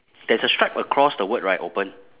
there's a strike across the word right open